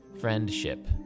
Friendship